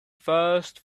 first